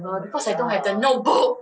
oh ya ah